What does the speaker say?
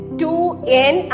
2n